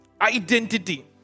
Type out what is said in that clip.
Identity